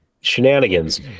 shenanigans